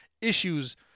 issues